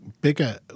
bigger